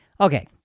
Okay